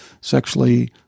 sexually